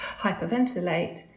hyperventilate